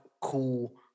cool